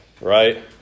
right